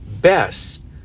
best